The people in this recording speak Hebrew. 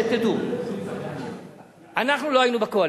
שתדעו: אנחנו לא היינו בקואליציה,